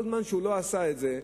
כל זמן שהוא לא עשה את זה,